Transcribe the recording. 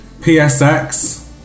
PSX